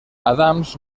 adams